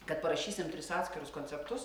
kad parašysim tris atskirus konceptus